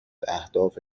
اهداف